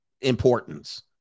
importance